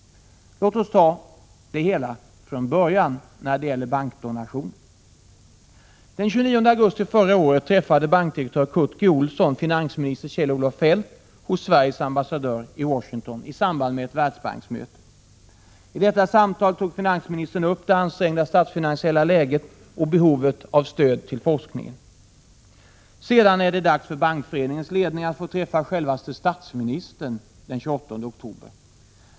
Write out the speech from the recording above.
Låt oss ta det hela från början när det gäller bankdonationer! Den 29 augusti förra året träffade bankdirektör Curt G. Olsson finansminister Kjell-Olof Feldt hos Sveriges ambassadör i Washington i samband med ett Världsbanksmöte. Därvid tog finansministern upp det ansträngda statsfinansiella läget och behovet av stöd till forskningen. Sedan är det dags för Bankföreningens ledning att få träffa självaste statsministern den 28 oktober.